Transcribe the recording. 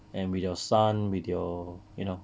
and with your son with your you know